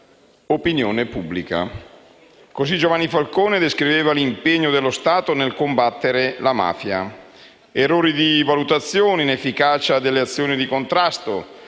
sull'opinione pubblica»: così Giovanni Falcone descriveva l'impegno dello Stato nel combattere la mafia. Errori di valutazione, inefficacia delle azioni di contrasto,